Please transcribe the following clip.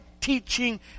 teaching